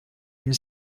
une